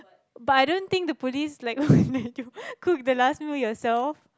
but I don't think the police like will let you you cook the last meal yourself